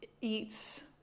eats